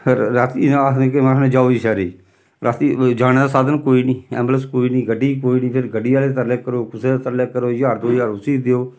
फ्ही राती आखदे केईं बारी आखने जाओ जी शैह्रै गी रातीं जाने दा साधन कोई निं ऐम्बुलेंस कोई निं गड्डी कोई निं फिर गड्डी आह्ले दे तरले करो कुसै दे तरले करो ज्हार दो ज्हार उसी देओ